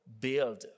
build